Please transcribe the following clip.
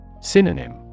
Synonym